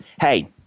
hey